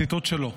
ציטוט שלו.